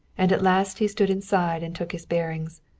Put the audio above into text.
and at last he stood inside and took his bearings.